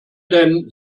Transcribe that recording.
denn